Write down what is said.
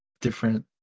different